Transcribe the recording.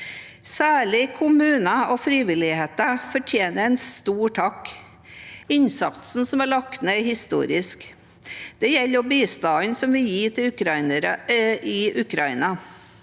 Særlig kommuner og frivilligheten fortjener en stor takk. Innsatsen som er lagt ned, er historisk. Det gjelder også bistanden som gis til Ukraina.